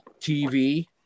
TV